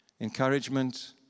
Encouragement